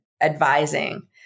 advising